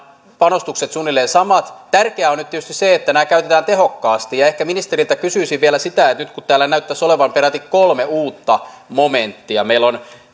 panostukset ovat suunnilleen samat tärkeää on nyt tietysti se että nämä käytetään tehokkaasti ja ehkä ministeriltä kysyisin vielä nyt kun täällä näyttäisi olevan peräti kolme uutta momenttia meillä on